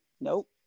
Nope